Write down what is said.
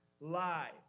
lie